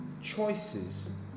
choices